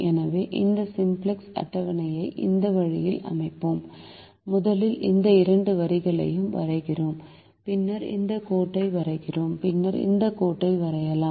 எனவே இந்த சிம்ப்ளக்ஸ் அட்டவணையை இந்த வழியில் அமைப்போம் முதலில் இந்த இரண்டு வரிகளையும் வரைகிறோம் பின்னர் இந்த கோட்டை வரைகிறோம் பின்னர் இந்த கோட்டை வரையலாம்